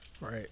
Right